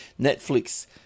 Netflix